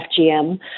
FGM